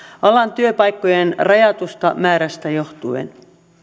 alan työpaikkojen rajatusta määrästä johtuen